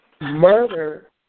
murder